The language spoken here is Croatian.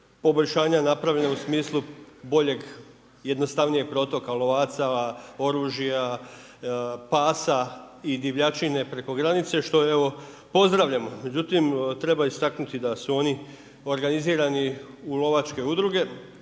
poboljšanja napravljena u smislu boljeg, jednostavnijeg protoka lovaca oružja, pasa i divljači ne preko granice što evo, pozdravljam međutim treba istaknuti da su oni organizirani u lovačke udruge